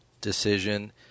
decision